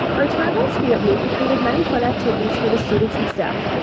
our tournament spirit week included many fun activities for the students and staff.